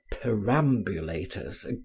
perambulators